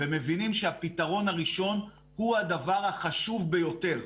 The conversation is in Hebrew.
ומבינים שהפתרון הראשון הוא הדבר החשוב ביותר.